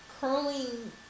curling